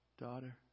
Daughter